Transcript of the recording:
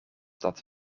dat